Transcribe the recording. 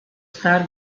star